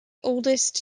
oldest